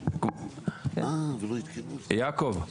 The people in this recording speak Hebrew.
יעקב,